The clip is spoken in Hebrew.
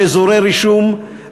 של אזורי רישום,